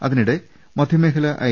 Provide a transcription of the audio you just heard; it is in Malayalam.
അതിനിടെ മധ്യമേഖലാ ഐ